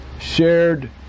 shared